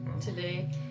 today